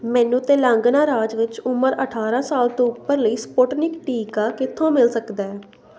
ਮੈਨੂੰ ਤੇਲੰਗਾਨਾ ਰਾਜ ਵਿੱਚ ਉਮਰ ਅਠਾਰ੍ਹਾਂ ਸਾਲ ਤੋਂ ਉੱਪਰ ਲਈ ਸਪੁਟਨਿਕ ਟੀਕਾ ਕਿੱਥੋਂ ਮਿਲ ਸਕਦਾ ਹੈ